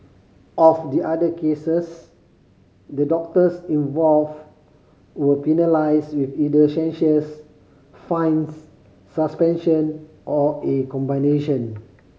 of the other cases the doctors involved were penalised with either censures fines suspension or a combination